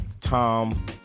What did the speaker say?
Tom